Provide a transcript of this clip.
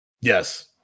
Yes